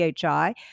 PHI